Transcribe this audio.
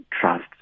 trust